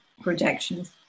projections